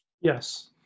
Yes